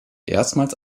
erstmals